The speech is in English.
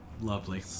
Lovely